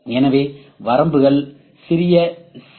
எனவே வரம்புகள் சிறிய சி